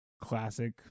classic